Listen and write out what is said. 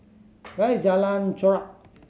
where is Jalan Chorak